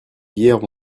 hier